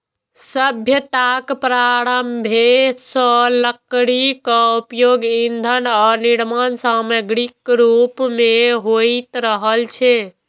सभ्यताक प्रारंभे सं लकड़ीक उपयोग ईंधन आ निर्माण समाग्रीक रूप मे होइत रहल छै